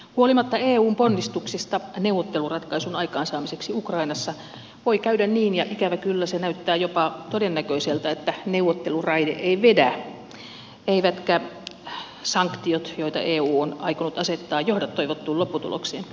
huolimatta eun ponnistuksista neuvotteluratkaisun aikaansaamiseksi ukrainassa voi käydä niin ja ikävä kyllä se näyttää jopa todennäköiseltä että neuvotteluraide ei vedä eivätkä sanktiot joita eu on aikonut asettaa johda toivottuun lopputulokseen